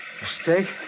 Mistake